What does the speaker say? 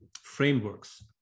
frameworks